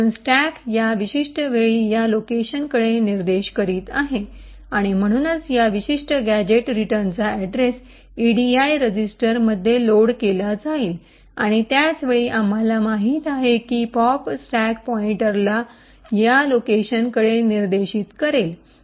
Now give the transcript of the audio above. म्हणून स्टॅक या विशिष्ट वेळी या लोकेशनकडे निर्देश करीत आहे आणि म्हणूनच या विशिष्ट गॅझेट रिटर्नचा अड्रेस इडीआय रजिस्टरमध्ये लोड केला जाईल आणि त्याच वेळी आम्हाला माहित आहे की पॉप स्टॅक पॉईंटरला या लोकेशनकडे निर्देशित करेल